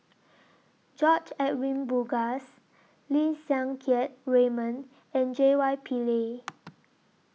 George Edwin Bogaars Lim Siang Keat Raymond and J Y Pillay